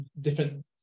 different